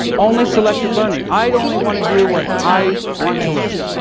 only selective learning. i only want to do what i want to learn.